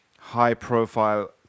high-profile